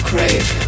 Crave